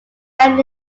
fang